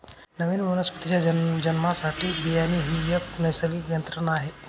नवीन वनस्पतीच्या जन्मासाठी बियाणे ही एक नैसर्गिक यंत्रणा आहे